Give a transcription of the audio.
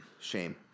Shame